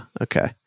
okay